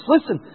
Listen